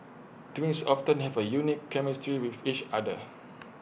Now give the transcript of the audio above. twins often have A unique chemistry with each other